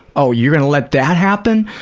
oh you're gonna let that happen?